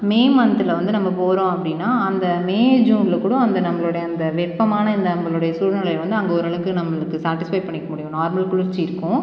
மே மன்த்தில வந்து நம்ப போகறோம் அப்படினா அந்த மே ஜூனில் கூட அந்த நம்ளோட அந்த வெப்பமான இந்த நம்ளோட சூழ்நிலைய வந்து அங்கே ஓரளவுக்கு நம்ளுக்கு சேடிஸ்ஃபை பண்ணிக்க முடியும் நார்மல் குளிர்ச்சி இருக்கும்